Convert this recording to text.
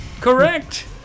Correct